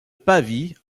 pavie